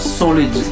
solid